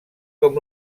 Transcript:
com